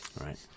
Right